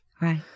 Right